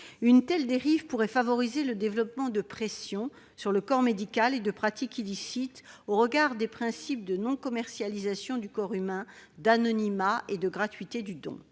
Une telle dérive pourrait favoriser le développement de pressions sur le corps médical et de pratiques illicites au regard des principes de non-commercialisation du corps humain, d'anonymat et de gratuité du don.